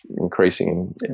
increasing